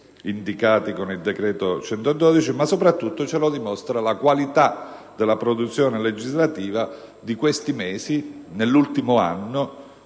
indicati con il citato decreto n. 112, ma soprattutto ce lo dimostra la qualità della produzione legislativa di questi mesi e dell'ultimo anno,